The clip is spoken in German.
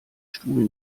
stuhl